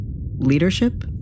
leadership